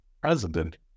president